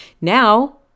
Now